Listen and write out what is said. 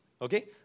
Okay